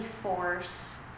force